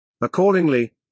Accordingly